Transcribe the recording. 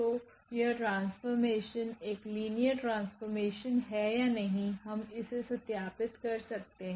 तो यह ट्रांसफॉर्मेशन एक लिनियर ट्रांसफॉर्मेशन है या नहीं हम इसे सत्यापित कर सकते हैं